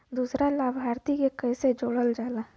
दूसरा लाभार्थी के कैसे जोड़ल जाला?